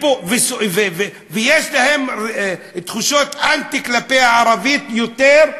ויש להם תחושות אנטי כלפי הערבית יותר,